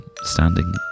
standing